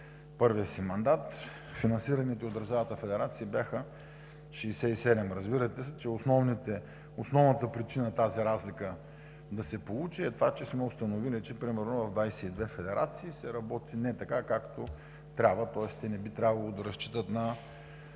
първия си мандат, финансираните от държавните федерации бяха 67. Разбирате, че основната причина тази разлика да се получи е това, че сме установили, че примерно в 22 федерации се работи не така, както трябва, тоест те не би трябвало да разчитат на